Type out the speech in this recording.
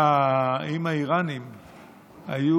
מה האפשרויות שעומדות בפנינו?